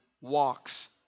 walks